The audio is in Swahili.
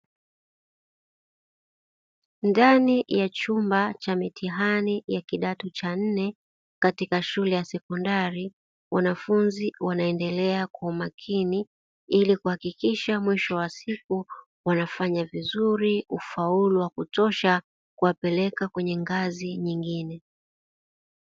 Ndani ya chumba cha mitihani ya kidato cha nne katika shule ya sekondari, wanafunzi wanaendelea kwa umakini ili kuhakikisha mwisho wa siku wanafanya vizuri, ufaulu wa kutosha, kuwapeleka kwenye ngazi nyingine.